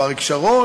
או אריק שרון,